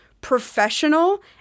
professional